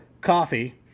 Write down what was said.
coffee